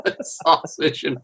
sausage